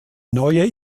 neue